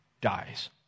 dies